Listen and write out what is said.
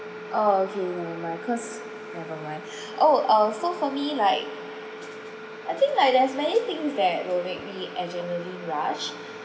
oh okay never mind cause never mind oh uh so for me like I think like there's many things that will make me adrenaline rush